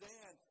Dan